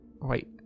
Wait